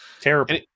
terrible